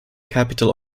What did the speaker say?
capital